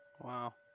Wow